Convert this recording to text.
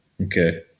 Okay